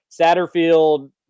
Satterfield